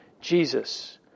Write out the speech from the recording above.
Jesus